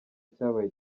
cyabaye